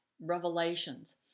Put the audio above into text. revelations